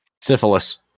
Syphilis